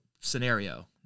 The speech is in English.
scenario